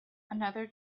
another